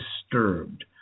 disturbed